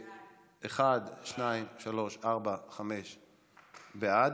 אחד, שניים, שלושה, ארבעה, חמישה, בעד.